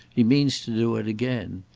he means to do it again.